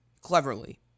cleverly